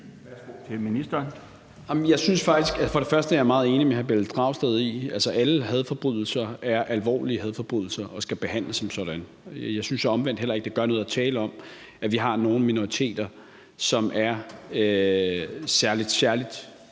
(Peter Hummelgaard): Jeg er meget enig med hr. Pelle Dragsted i, at alle hadforbrydelser er alvorlige hadforbrydelser og skal behandles som sådanne. Jeg synes omvendt heller ikke, det gør noget at tale om, at vi har nogle minoriteter, som er særligt udsatte